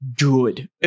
good